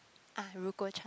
ah Ryouko-Chan